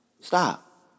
stop